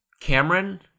cameron